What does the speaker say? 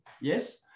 yes